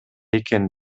экен